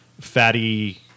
fatty